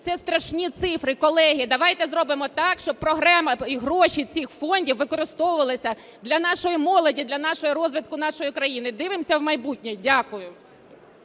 Це страшні цифри, колеги. Давайте зробимо так, щоб програми і гроші цих фондів використовувалися для нашої молоді, для розвитку нашої країни. Дивимося в майбутнє. Дякую.